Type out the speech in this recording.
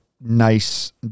nice